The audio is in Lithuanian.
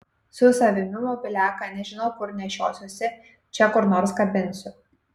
su savimi mobiliaką nežinau kur nešiosiuosi čia kur nors kabinsiu